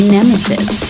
Nemesis